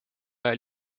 ajal